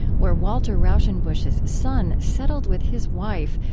where walter rauschenbusch's son settled with his wife,